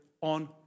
on